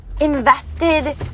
invested